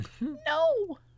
No